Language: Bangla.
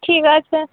ঠিক আছে